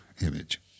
image